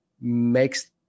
makes